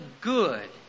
good